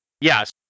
Yes